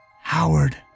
Howard